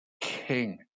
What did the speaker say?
king